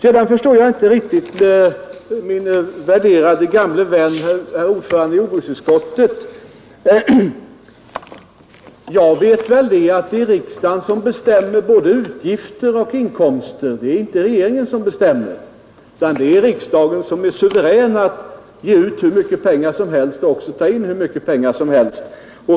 Jag förstår inte riktigt min värderade gamle vän herr ordföranden i jordbruksutskottet. Jag vet mycket väl att det är riksdagen som bestämmer både utgifter och inkomster. Det är inte regeringen som bestämmer, utan det är riksdagen som är suverän att ge ut hur mycket pengar som helst och också att ta in hur mycket pengar som helst.